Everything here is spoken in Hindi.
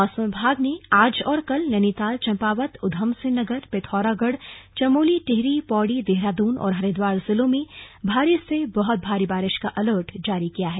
मौसम विभाग ने आज और कल नैनीताल चंपावत उधमसिंह नगर पिथौरागढ़ चमोली टिहरी पौड़ी देहरादून और हरिद्वार जिलों में भारी से बहुत भारी बारिश का अलर्ट जारी किया है